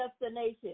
destination